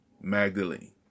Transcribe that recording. Magdalene